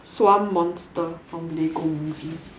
swarm monster from Lego movie